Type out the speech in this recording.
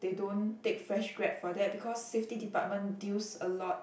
they don't take fresh grad for that because safety department deals a lot